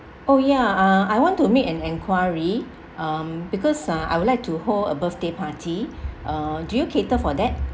oh yeah uh I want to make an enquiry um because uh I would like to hold a birthday party uh do you cater for that